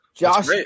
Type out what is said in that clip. Josh